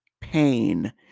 Pain